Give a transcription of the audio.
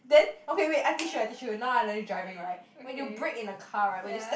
then okay wait I teach you I teach you now I learning driving right when you brake in a car right when you step